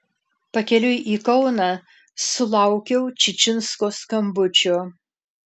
pakeliui į kauną sulaukiau čičinsko skambučio